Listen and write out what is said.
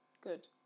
Good